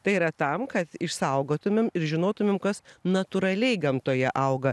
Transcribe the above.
tai yra tam kad išsaugotumėm ir žinotumėm kas natūraliai gamtoje auga